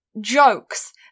jokes